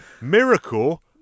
Miracle